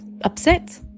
upset